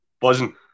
buzzing